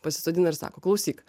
pasisodina ir sako klausyk